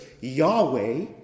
Yahweh